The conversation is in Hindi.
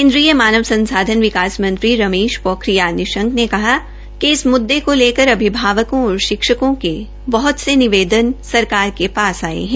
केन्द्रीय मानव संसाधन मंत्री रमेश पोखरियाल निशंक ने कहा है कि इस मुद्दे को लेकर अभिभावकों और शिक्षकों के बह्त से निवेदन सरकार के पास आये है